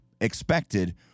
expected